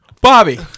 Bobby